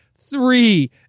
three